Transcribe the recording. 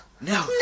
No